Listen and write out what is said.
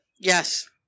yes